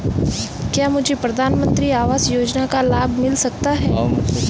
क्या मुझे प्रधानमंत्री आवास योजना का लाभ मिल सकता है?